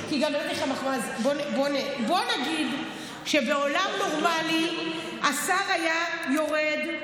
בוא נגיד שבעולם נורמלי השר היה יורד,